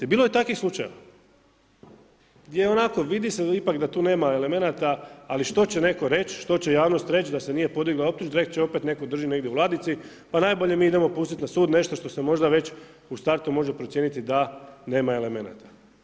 I bilo je takvih slučajeva, gdje onako, vidi se ipak da tu nema elemenata, ali što će netko reći, što će javnost reći da se nije podigla optužnica, reći će opet netko drži negdje u ladici, pa najbolje mi idemo pustiti na sud nešto što se možda već u startu može procijeniti da nema elemenata.